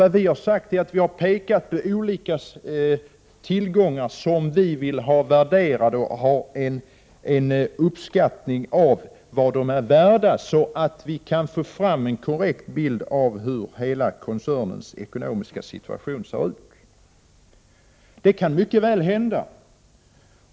Vi har däremot pekat på olika tillgångar som vi vill ha värderade, så att vi kan få fram en korrekt bild av hela koncernens ekonomiska situation.